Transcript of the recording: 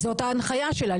זאת ההנחיה שלה,